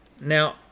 Now